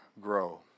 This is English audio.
grow